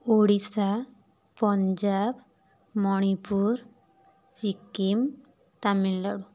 Odisha Punjab Manipur Sikkim Tamil Nadu